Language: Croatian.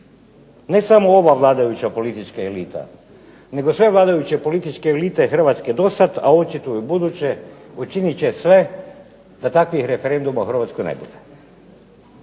Ne samo ova vladajuća politička elita, nego sve vladajuće političke elite Hrvatske do sad a očito u buduće učinit će sve da takvih referenduma u Hrvatskoj ne bude.